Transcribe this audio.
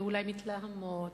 ואולי מתלהמות,